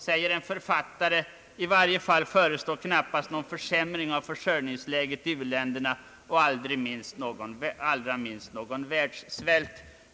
Där säger en författare »att någon försämring av försörjningsläget i u-länderna knappast förestår, allra minst någon världssvält».